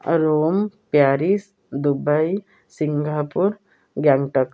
Rome Paris Dubai Singapore Gangtok